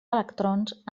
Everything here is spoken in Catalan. electrons